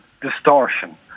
distortion